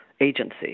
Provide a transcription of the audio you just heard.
agency